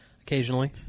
Occasionally